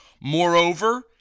Moreover